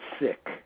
sick